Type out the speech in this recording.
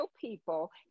people